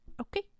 Okay